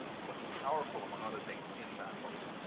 what's powerful among other things in that book,